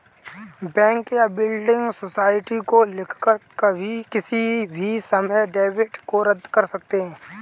bank या building society को लिखकर किसी भी समय डेबिट को रद्द कर सकते हैं